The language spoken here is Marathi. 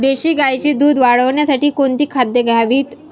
देशी गाईचे दूध वाढवण्यासाठी कोणती खाद्ये द्यावीत?